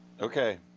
okay